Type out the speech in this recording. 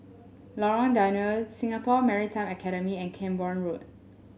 Lorong Danau Singapore Maritime Academy and Camborne Road